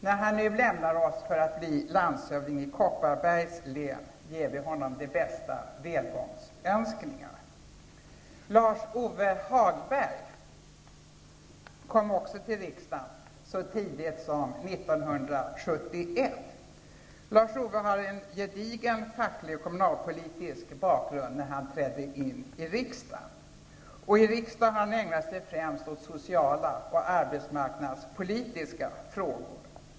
När han nu lämnar oss för att bli landshövding i Kopparbergs län ger vi honom de bästa välgångsönskningar. Lars-Ove Hagberg kom också till riksdagen så tidigt som 1971. Lars-Ove Hagberg hade en gedigen facklig och kommunalpolitisk bakgrund när han träddde in i riksdagen. I riksdagen har han ägnat sig främst åt sociala och arbetsmarknadspolitiska frågor.